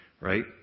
right